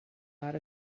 out